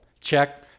check